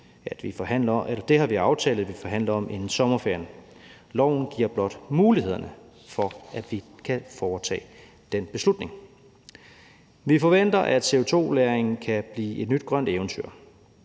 Det har vi aftalt vi forhandler om inden sommerferien. Loven giver blot mulighederne for, at vi kan træffe den beslutning. Vi forventer, at CO2-lagring kan blive et nyt grønt eventyr,